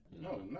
No